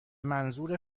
منظور